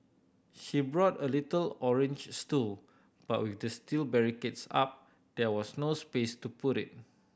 she brought a little orange stool but with the steel barricades up there was no space to put it